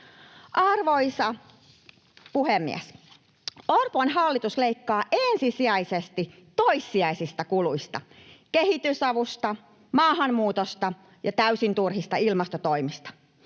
Arvoisa puhemies! Orpon hallitus leikkaa ensisijaisesti toissijaisista kuluista: kehitysavusta, maahanmuutosta ja täysin turhista ilmastotoimista.